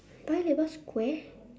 paya-lebar square